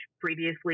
previously